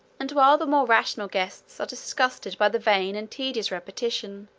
and, while the more rational guests are disgusted by the vain and tedious repetition,